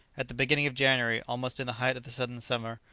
at the beginning of january, almost in the height of the southern summer,